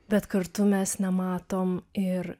bet kartu mes nematom ir